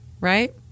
right